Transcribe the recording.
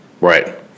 right